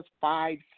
five